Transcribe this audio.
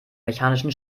mechanischen